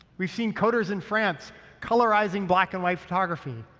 we've seen coders in france colorizing black and white photography.